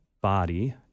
body